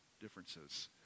differences